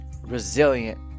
resilient